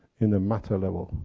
in a matter level.